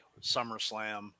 SummerSlam